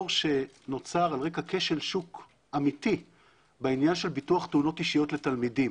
נוצר על רקע כשל שוק אמיתי בעניין ביטוח תאונות אישיות לתלמידים.